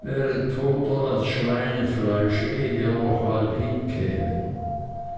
wäre töter als schweinfleisch ehe wir noch halb hinkämen